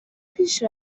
پیش